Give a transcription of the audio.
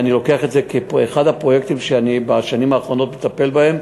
אני לוקח את זה כאחד הפרויקטים שבשנים האחרונות אני מטפל בהם,